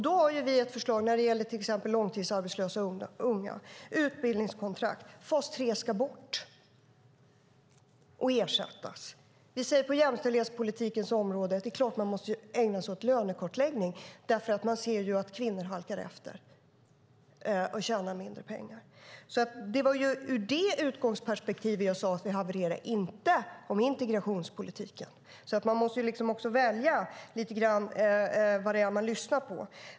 Vi har ett förslag som gäller långtidsarbetslösa unga, nämligen utbildningskontrakt. Fas 3 ska bort och ersättas. På jämställdhetspolitikens områden säger vi att det är klart att man måste ägna sig åt lönekartläggning eftersom kvinnor halkar efter och tjänar mindre pengar. Det var från den utgångspunkten jag sade att det hade havererat. Det gällde inte integrationspolitiken. Man måste välja vad man lyssnar på.